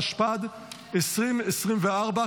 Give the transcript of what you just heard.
התשפ"ד 2024,